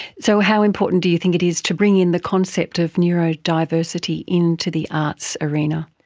so how important do you think it is to bring in the concept of neurodiversity into the arts arena?